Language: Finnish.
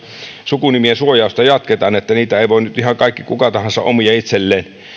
sukunimien suojausta jatketaan että niitä ei voi nyt ihan kuka tahansa omia itselleen